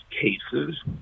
cases